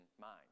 mind